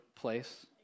place